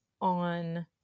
on